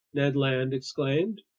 ned land exclaimed.